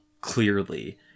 clearly